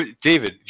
David